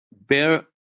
bear